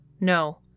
No